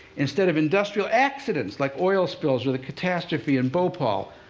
instead of industrial accidents like oil spills or the catastrophe in bhopal,